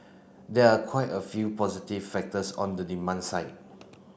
there are quite a few positive factors on the demand side